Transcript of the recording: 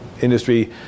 industry